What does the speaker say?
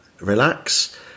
relax